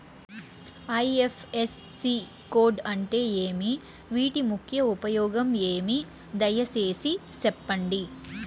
IFSC code అంటే ఏమి? వీటి ముఖ్య ఉపయోగం ఏమి? దయసేసి సెప్పండి?